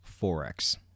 forex